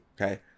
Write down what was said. Okay